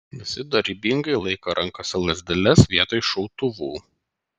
visi dorybingai laiko rankose lazdeles vietoj šautuvų